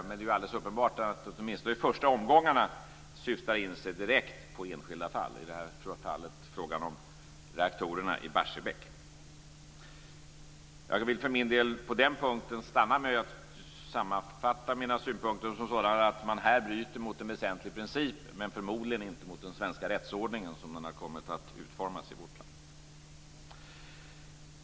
Men det är alldeles uppenbart att åtminstone de första omgångarna syftar direkt på enskilda fall, i det här fallet frågan om reaktorerna i Barsebäck. Jag vill för min del på den punkten stanna med att sammanfatta mina synpunkter som så att man här bryter mot en väsentlig princip men förmodligen inte mot den svenska rättsordningen som den har kommit att utformas i vårt land.